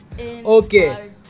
Okay